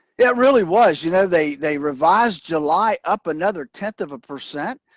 yeah it really was you know they they revised july up another tenth of a percent,